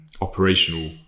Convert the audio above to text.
operational